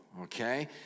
okay